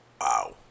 wow